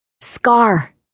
Scar